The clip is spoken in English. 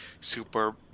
super